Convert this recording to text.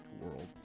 world